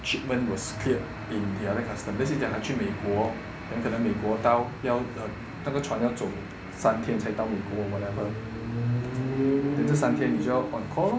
shipment was cleared in the other custom let's say 讲它去美国 then 可能美国到要 uh 那个船要走三天才到美国 or whatever then 这三天你要 on call lor